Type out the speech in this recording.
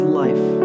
life